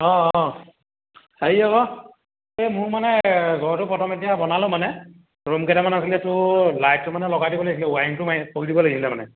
অঁ অঁ হেৰি আকৌ এই মোৰ মানে ঘৰৰতো প্ৰথম এতিয়া বনালোঁ মানে ৰুম কেইটামান আছিলে ত' লাইটটো মানে লগাই দিব লাগিছিলে ৱাইৰিঙটো মাৰি কৰি দিব লাগিছিলে মানে